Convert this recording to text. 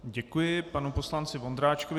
Děkuji panu poslanci Vondráčkovi.